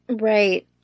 Right